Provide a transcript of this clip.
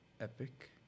epic